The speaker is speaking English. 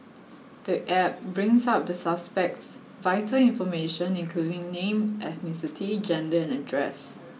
the App brings up the suspect's vital information including name ethnicity gender and address